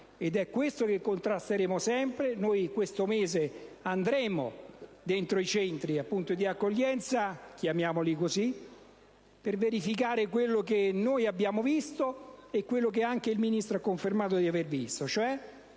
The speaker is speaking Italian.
è questo che contrasteremo sempre. Noi in questo mese andremo nei Centri di accoglienza, chiamiamoli così, per verificare quello che abbiamo visto e quello che anche il Ministro ha confermato di aver visto,